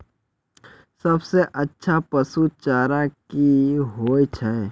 सबसे अच्छा पसु चारा की होय छै?